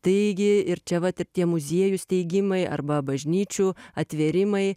taigi ir čia vat ir tie muziejų steigimai arba bažnyčių atvėrimai